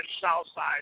Southside